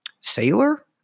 sailor